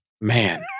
man